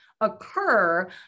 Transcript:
occur